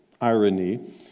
irony